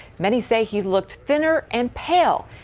many say, he looked thinner and pale.